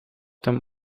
dem